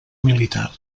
militar